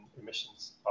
emissions